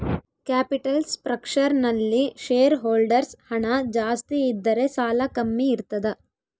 capital structure ನಲ್ಲಿ share holders ಹಣ ಜಾಸ್ತಿ ಇದ್ದರೆ ಸಾಲ ಕಮ್ಮಿ ಇರ್ತದ